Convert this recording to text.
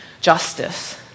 justice